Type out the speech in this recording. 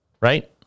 right